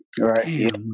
Right